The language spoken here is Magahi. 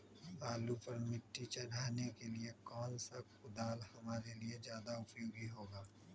आलू पर मिट्टी चढ़ाने के लिए कौन सा कुदाल हमारे लिए ज्यादा उपयोगी होगा?